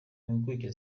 impuguke